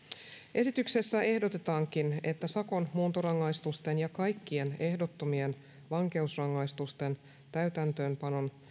esityksessä ehdotetaankin että sakon muuntorangaistusten ja kaikkien ehdottomien vankeusrangaistusten täytäntöönpanon